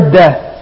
death